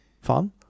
fun